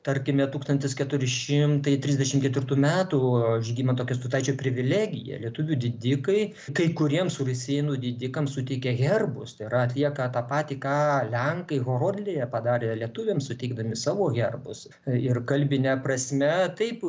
tarkime tūkstantis keturi šimtai trisdešimt ketvirtų metų žygimanto kęstutaičio privilegija lietuvių didikai kai kuriems rusėnų didikams suteikė herbus tai yra atlieka tą patį ką lenkai horodlėje padarė lietuviams suteikdami savo herbus ir kalbine prasme taip